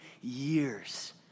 years